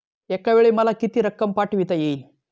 एकावेळी मला किती रक्कम पाठविता येईल?